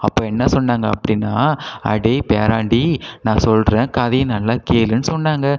அப்போ என்ன சொன்னாங்க அப்படின்னா அடேய் பேராண்டி நான் சொல்லுறேன் கதையை நல்லா கேளுன்னு சொன்னாங்க